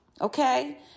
okay